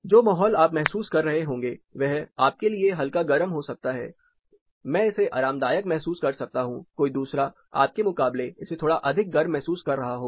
जो माहौल आप महसूस कर रहे होंगे वह आपके लिए हल्का गर्म हो सकता है मैं इसे आरामदायक महसूस कर सकता हूं कोई दूसरा आपके मुकाबले इसे थोड़ा अधिक गर्म महसूस कर रहा होगा